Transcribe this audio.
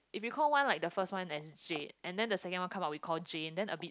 if we call one like the first one as Jade and then the second one come out we call Jane then a bit